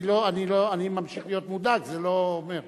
אני ממשיך להיות מודאג, זה לא אומר.